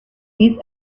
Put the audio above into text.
these